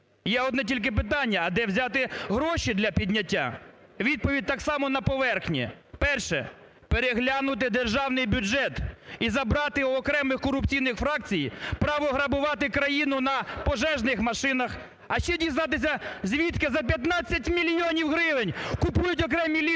Є одне тільки питання, а де взяти гроші для підняття? Відповідь так само на поверхні. Перше. Переглянути державний бюджет і забрати у окремих корупційних фракцій право грабувати країну на пожежних машинах, а ще дізнатися звідки за 15 мільйонів гривень купують окремі лідери